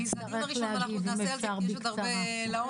אנחנו נעשה על זה עוד --- לעומק.